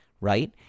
right